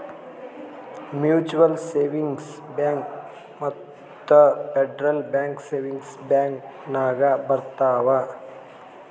mutual savings bank ಮತ್ತ federal bank savings bank ನಾಗ್ ಬರ್ತಾವ್